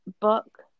book